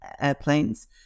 airplanes